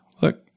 look